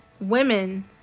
Women